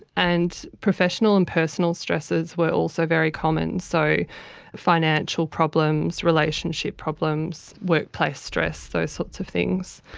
and professional and personal stresses were also very common, so financial problems, relationship problems, workplace stress, those sorts of things.